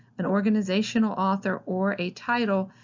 an organizational author, or a title,